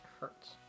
hurts